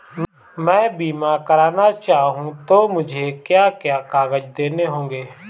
मैं बीमा करना चाहूं तो मुझे क्या क्या कागज़ देने होंगे?